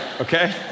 Okay